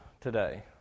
today